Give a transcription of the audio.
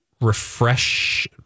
refresh